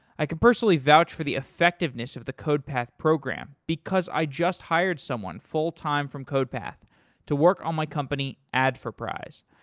i could personally vouch for the effectiveness of the codepath program because i just hired someone full-time from codepath to work on my company adforprice.